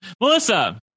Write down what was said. Melissa